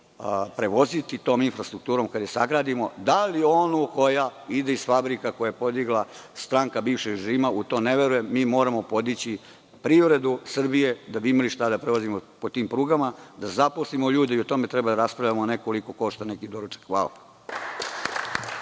prevoziti tom infrastrukturom, kada je sagradimo? Da li onu koja ide iz fabrika koje je podigla stranka bivšeg režima? U to ne verujem. Mi moramo podići privredu Srbije da bi imali šta da prevozimo po tim prugama i da zaposlimo ljude. O tome treba da raspravljamo, a ne koliko košta neki doručak. Hvala.